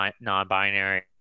non-binary